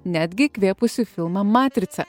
netgi įkvėpusi filmą matrica